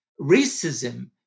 racism